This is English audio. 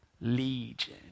Legion